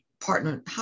partner